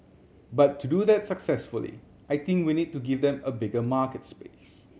but to do that successfully I think we need to give them a bigger market space